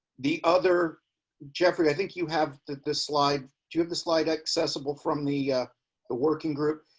the other jeffrey, i think you have that this slide to have the slide accessible from the the working group,